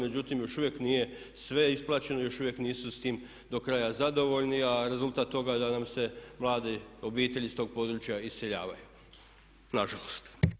Međutim, još uvijek nije sve isplaćeno, još uvijek nisu s tim do kraja zadovoljni, a rezultat toga je da nam se mlade obitelji s tog područja iseljavaju, nažalost.